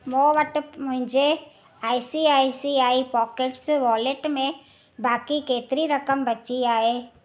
मूं वटि मुंहिंजे I C I C I pockets wallet में बाक़ी केतरी रक़म बची आहे